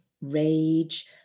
rage